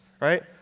right